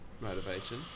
motivation